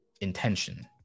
intention